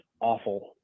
awful